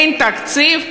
אין תקציב?